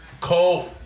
Cole